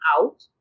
out